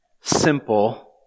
simple